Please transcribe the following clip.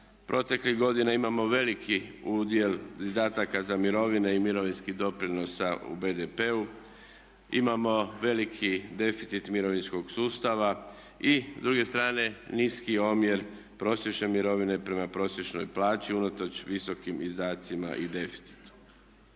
proteklih godina imamo veliki udjel izdataka za mirovine i mirovinskih doprinosa u BDP-u, imamo veliki deficit mirovinskog sustava i s druge strane niski omjer prosječne mirovine prema prosječnoj plaći unatoč visokim izdacima i deficitu.